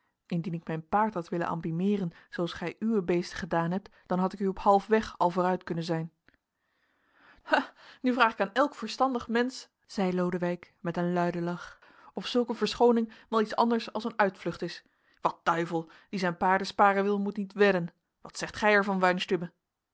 indien ik mijn paard had willen ambimeeren zooals gij uwe beesten gedaan hebt dan had ik u op halfweg al vooruit kunnen zijn nu vraag ik aan elk verstandig mensch zeide lodewijk met een luiden lach of zulk een verschooning wel iets anders als een uitvlucht is wat duivel die zijn paarden sparen wil moet niet wedden wat zegt gij er